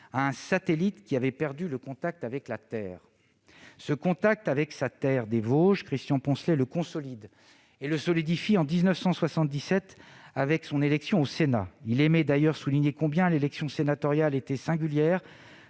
à un satellite qui avait perdu le contact de la Terre ». Ce contact avec sa terre des Vosges, Christian Poncelet le consolide et le solidifie, en 1977, avec son élection au Sénat. Il aimait d'ailleurs souligner combien l'élection sénatoriale était singulière,